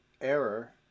error